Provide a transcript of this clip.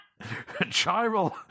Chiral